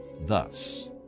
thus